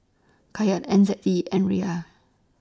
Kyat N Z D and Riyal